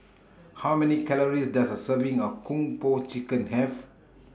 How Many Calories Does A Serving of Kung Po Chicken Have